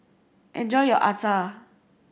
enjoy your Acar